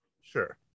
Sure